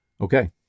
Okay